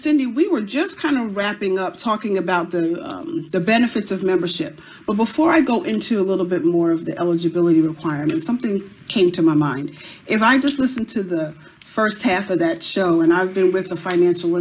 cindy we were just kind of wrapping up talking about the benefits of membership but before i go into a little bit more of the eligibility requirements something came to my mind if i just listen to the first half of that show and i've been with a financial